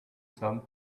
some